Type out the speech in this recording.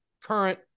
current